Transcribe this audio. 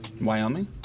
Wyoming